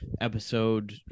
episode